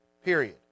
Period